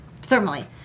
thermally